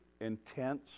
intense